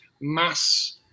mass